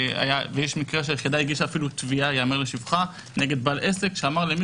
ויש מקרה שייאמר לשבחה של היחידה,